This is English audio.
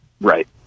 right